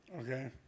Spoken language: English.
Okay